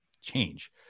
change